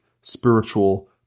spiritual